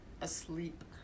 asleep